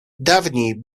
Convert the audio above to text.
dawniej